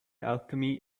alchemy